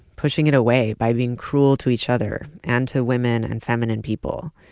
pushing it away by being cruel to each other and to women and feminine people.